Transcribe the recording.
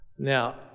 Now